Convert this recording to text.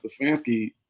Stefanski